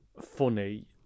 funny